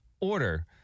order